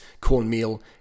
cornmeal